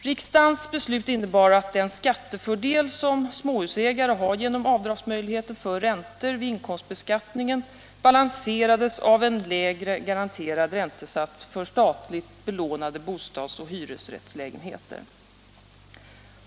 Riksdagens beslut innebar att den skattefördel som småhusägare har genom möjligheten att dra av räntor vid inkomstbeskattningen balanserades av en lägre garanterad Nr 90 räntesats för statligt belånade bostads och hyresrättslägenheter.